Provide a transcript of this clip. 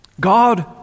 God